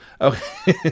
Okay